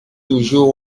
toujours